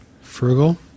Frugal